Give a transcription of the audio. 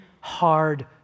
hard